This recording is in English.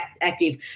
active